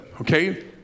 Okay